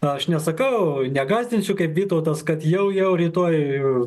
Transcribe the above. aš nesakau negąsdinsiu kaip bitautas kad jau rytoj ir